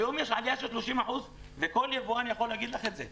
היום יש עלייה של 30% וכל יבואן יכול להגיד לך את זה.